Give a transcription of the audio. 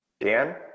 Dan